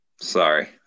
Sorry